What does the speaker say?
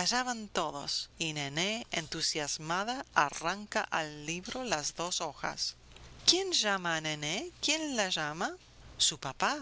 allá van todos y nené entusiasmada arranca al libro las dos hojas quién llama a nené quién la llama su papá